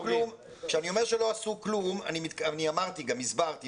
כשאני אומר לא עשו כלום - אני אמרתי והסברתי,